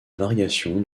variation